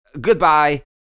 goodbye